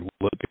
look